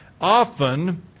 often